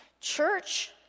Church